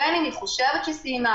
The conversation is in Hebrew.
בין אם היא חושבת שהיא סיימה,